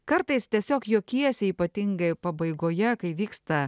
kartais tiesiog juokiesi ypatingai pabaigoje kai vyksta